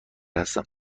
هستم